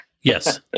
Yes